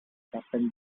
captain